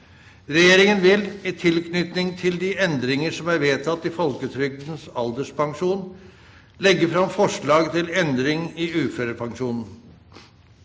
Regjeringen vil, i tilknytning til de endringer som er vedtatt i folketrygdens alderspensjon, legge fram forslag til endring i uførepensjonen.